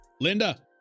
Linda